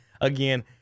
again